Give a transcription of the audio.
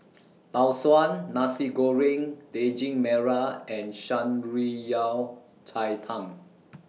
Tau Suan Nasi Goreng Daging Merah and Shan Rui Yao Cai Tang